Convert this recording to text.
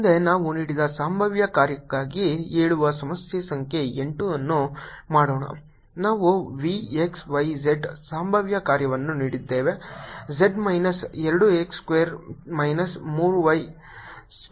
ಮುಂದೆ ನಾವು ನೀಡಿದ ಸಂಭಾವ್ಯ ಕಾರ್ಯಕ್ಕಾಗಿ ಹೇಳುವ ಸಮಸ್ಯೆ ಸಂಖ್ಯೆ 8 ಅನ್ನು ಮಾಡೋಣ ನಾವು V x y z ಸಂಭಾವ್ಯ ಕಾರ್ಯವನ್ನು ನೀಡಿದ್ದೇವೆ z minus 2 x square minus 3 y ಸ್ಕ್ವೇರ್ಗೆ ಸಮಾನವಾಗಿರುತ್ತದೆ